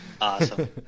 Awesome